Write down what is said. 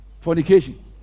fornication